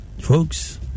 Folks